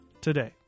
today